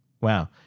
Wow